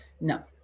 No